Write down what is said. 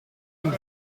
een